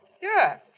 Sure